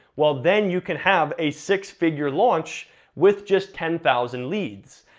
well then you can have a six figure launch with just ten thousand leads.